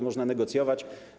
Można negocjować.